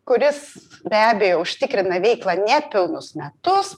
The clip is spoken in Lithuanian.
kuris be abejo užtikrina veiklą nepilnus metus